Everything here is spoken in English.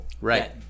right